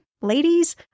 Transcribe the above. ladies